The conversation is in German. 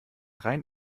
rein